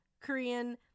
Korean